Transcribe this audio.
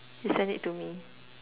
he send it to me